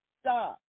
stop